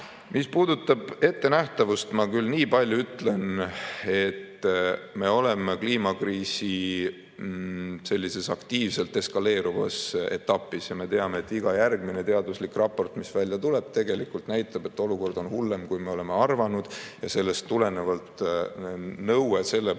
Mis puudutab ettenähtavust, ma küll niipalju ütlen, et me oleme kliimakriisi aktiivselt eskaleeruvas etapis ning me teame, et iga järgmine teaduslik raport, mis välja tuleb, tegelikult näitab, et olukord on hullem, kui me oleme arvanud. Sellest tulenevalt nõue liikuda